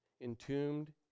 entombed